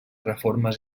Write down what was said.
reformes